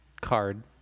card